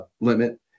limit